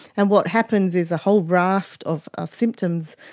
and what happens is a whole raft of of symptoms,